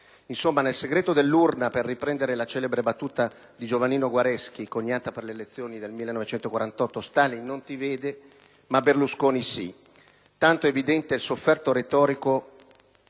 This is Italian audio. Insomma, nel segreto dell'urna, per parafrasare la celebre battuta di Giovannino Guareschi coniata per le elezioni del 1948, Stalin non ti vede, ma Berlusconi sì. Tanto è evidente il soffietto retorico